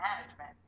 management